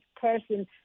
person